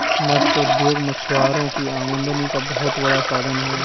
मत्स्य उद्योग मछुआरों की आमदनी का बहुत बड़ा साधन है